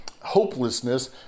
hopelessness